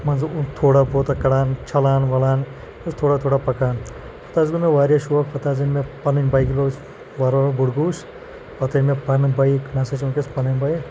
مان ژٕ تھوڑا بہت کَڑان چھَلان وَلان یہِ ٲس تھوڑا تھوڑا پَکان پَتہٕ حظ گوٚو مےٚ واریاہ شوق پَتہٕ حظ أنۍ مےٚ پَنٕنۍ بایِک وارٕ وارٕ بوٚڑ گوٚوُس پَتہٕ أنۍ مےٚ پَنٕنۍ بایِک مےٚ ہَسا چھِ ؤنکٮ۪س پَنٕنۍ بایِک